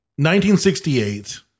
1968